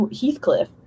Heathcliff